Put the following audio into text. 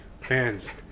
fans